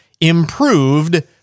improved